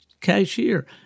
cashier